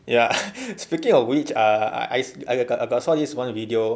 ya speaking of which err I I got saw this one video